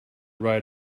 right